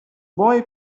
boy